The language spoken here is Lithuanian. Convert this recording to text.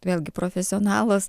vėlgi profesionalas